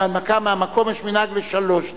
בהנמקה מהמקום יש מנהג של שלוש דקות.